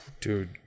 Dude